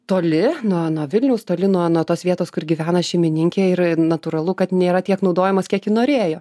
toli nuo nuo vilniaus toli nuo nuo tos vietos kur gyvena šeimininkė ir natūralu kad nėra tiek naudojamas kiek ji norėjo